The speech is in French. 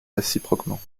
réciproquement